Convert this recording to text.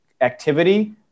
activity